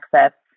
access